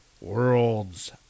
Worlds